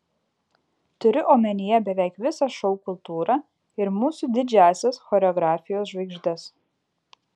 turiu omenyje beveik visą šou kultūrą ir mūsų didžiąsias choreografijos žvaigždes